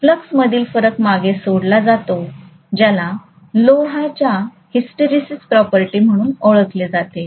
फ्लक्समधील फरक मागे सोडला जातो ज्याला लोहाच्या हिस्टरेसिस प्रॉपर्टी म्हणून ओळखले जाते